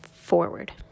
forward